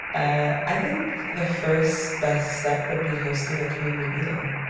i think the first best step would be hosting a community meeting